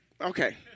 Okay